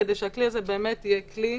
כדי שהכלי הזה יהיה כלי